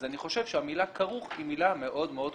אז אני חושב שהמילה 'כרוך' היא מילה מאוד מאוד חשובה,